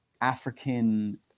African